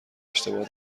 اشتباه